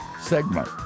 segment